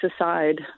aside